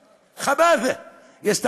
בערבית: אל-ח'בית', ח'באת'ה.